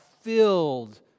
filled